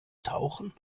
tauchen